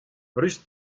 ruz